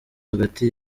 hagati